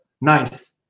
nice